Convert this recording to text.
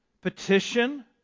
Petition